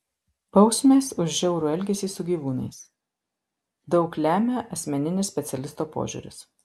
bausmės už žiaurų elgesį su gyvūnais daug lemia asmeninis specialisto požiūris